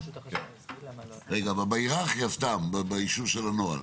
באישור של הנוהל,